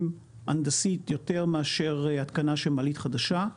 הנדסית יותר מאשר התקנה של מעלית חדשה.